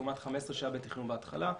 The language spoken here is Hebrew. לעומת 15 שהיו בתכנון בהתחלה,